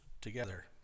together